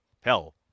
Hell